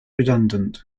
redundant